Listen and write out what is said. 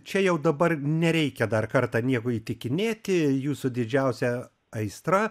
čia jau dabar nereikia dar kartą nieko įtikinėti jūsų didžiausia aistra